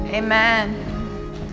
Amen